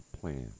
plan